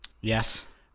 yes